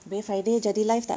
this Friday jadi live tak